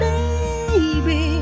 Baby